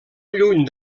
lluny